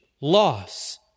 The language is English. loss